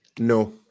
No